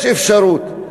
יש אפשרות,